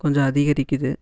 கொஞ்சம் அதிகரிக்கிறது